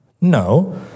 No